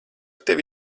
tevi